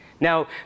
Now